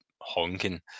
honking